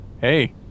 hey